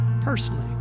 personally